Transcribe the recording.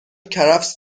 کرفس